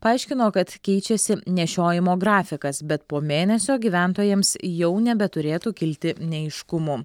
paaiškino kad keičiasi nešiojimo grafikas bet po mėnesio gyventojams jau nebeturėtų kilti neaiškumų